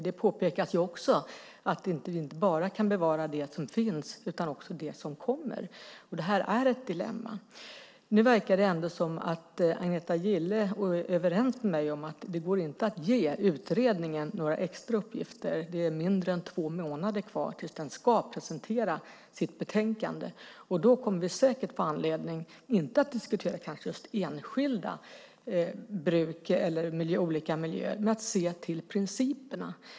Det påpekas också att vi inte bara kan bevara det som finns, utan vi måste också bevara det som kommer. Det här är ett dilemma. Nu verkar det som om Agneta Gille är överens med mig om att det inte går att ge utredningen några extra uppgifter. Det är mindre än två månader kvar tills den ska presentera sitt betänkande. Då kommer vi kanske inte att ha anledning att diskutera just enskilda bruk eller miljöer men att se till principerna.